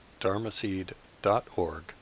dharmaseed.org